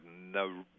no